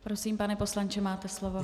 Prosím, pane poslanče, máte slovo.